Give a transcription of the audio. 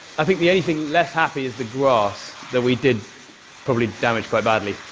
i think the only thing less happy is the grass, that we did probably damage quite badly.